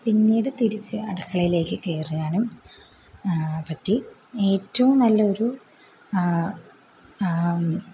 പിന്നീട് തിരിച്ച് അടുക്കളയിലേക്ക് കയറാനും പറ്റി ഏറ്റവും നല്ലൊരു